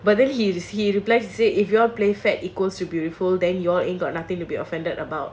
but then he's he replied to say if you're play that fat equals to beautiful then you'll ain't got nothing to be offended about